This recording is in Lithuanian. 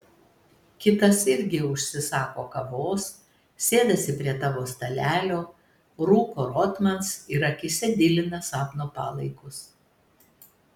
kitas irgi užsisako kavos sėdasi prie tavo stalelio rūko rotmans ir akyse dilina sapno palaikus